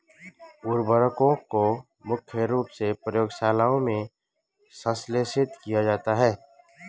उर्वरकों को मुख्य रूप से प्रयोगशालाओं में संश्लेषित किया जाता है